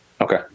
Okay